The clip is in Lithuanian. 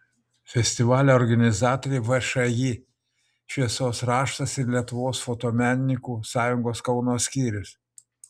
festivalio organizatoriai všį šviesos raštas ir lietuvos fotomenininkų sąjungos kauno skyrius